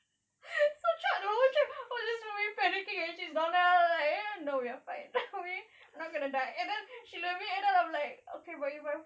so throughout the whole trip I will just be panicking and she's down there eh no we are fine okay I'm not gonna die and then she and then I'm like okay but if I